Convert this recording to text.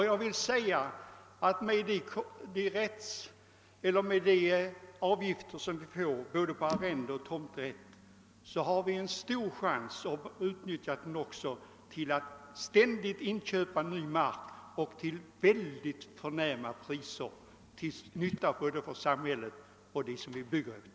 Men inte bara detta: Med de avgifter som vi får in för såväl arrende som tomträttsmark kan vi ständigt inköpa ny mark till mycket goda priser, till nytta för både samhället och dem som vi bygger åt.